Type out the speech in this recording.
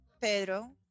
Pedro